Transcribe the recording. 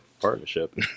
partnership